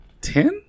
ten